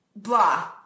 Blah